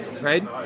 right